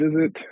visit